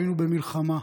היינו במלחמה,